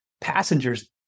passengers